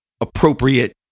appropriate